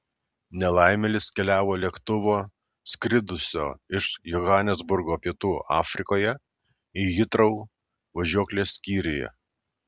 nelaimėlis keliavo lėktuvo skridusio iš johanesburgo pietų afrikoje į hitrou važiuoklės skyriuje